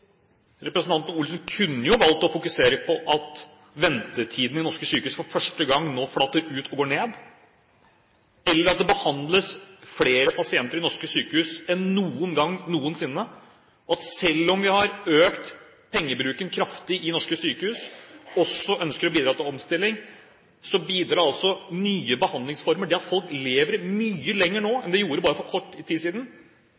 Representanten Olsen kunne jo valgt å fokusere på at ventetidene ved norske sykehus for første gang nå flater ut og går ned, eller at det behandles flere pasienter ved norske sykehus enn noen gang noensinne. Selv om vi har økt pengebruken kraftig ved norske sykehus, og også ønsker å bidra til omstilling, bidrar nye behandlingsformer – det at folk lever mye lenger nå enn bare for kort tid siden